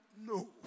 no